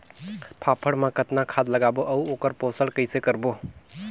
फाफण मा कतना खाद लगाबो अउ ओकर पोषण कइसे करबो?